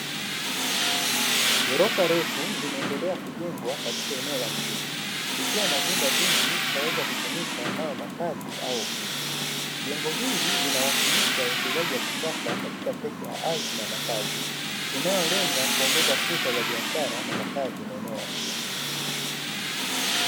Ghorofa refu linaendelea kujengwa katika eneo la mjini, likiwa na vyumba vingi zitakazo tumika kama makazi au ofisi, jengo ili linawakilisha uwekezaji wa kisasa katika sekta ya ardhi na makazi, inayolenga kuongeza fursa za biashara na makazi maeneo ya mjini.